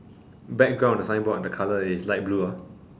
background of the signboard the colour is light blue